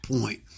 point